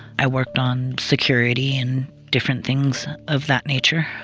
i worked on security and different things of that nature.